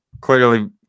clearly